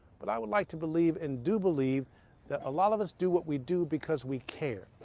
but i would like to believe and do believe that a lot of us do what we do because we care.